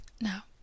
Now